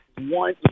one